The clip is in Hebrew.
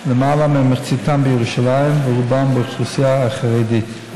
למעלה ממחציתם בירושלים, ורובם באוכלוסייה החרדית.